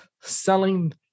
selling